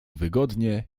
wygodnie